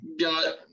Got